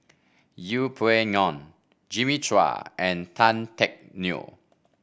Yeng Pway Ngon Jimmy Chua and Tan Teck Neo